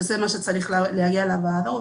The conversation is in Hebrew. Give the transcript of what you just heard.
שזה מה היה שצריך להגיע לוועדה,